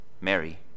Mary